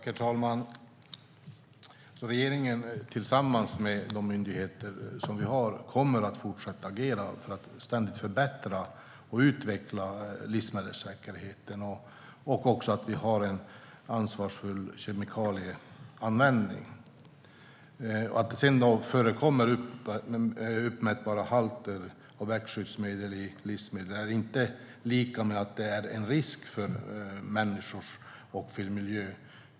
Herr talman! Regeringen kommer tillsammans med aktuella myndigheter att fortsätta att agera för att ständigt förbättra och utveckla livsmedelssäkerheten och för att vi ska ha en ansvarsfull kemikalieanvändning. Att det förekommer uppmätbara halter av växtskyddsmedel i livsmedel är inte lika med att det finns en risk för människor och miljö.